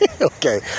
Okay